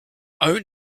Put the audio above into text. own